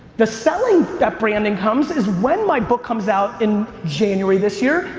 the selling that branding comes is when my book comes out in january this year,